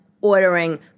ordering